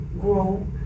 grow